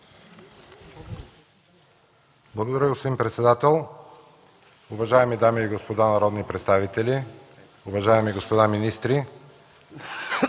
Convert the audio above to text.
Благодаря, господин председател. Уважаеми дами и господа народни представители, уважаеми господа министри!